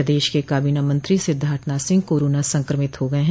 प्रदेश के काबीना मंत्री सिद्धार्थनाथ सिंह कोरोना संक्रमित हो गये है